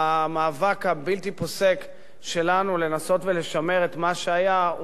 והמאבק הבלתי פוסק שלנו לנסות ולשמר את מה שהיה,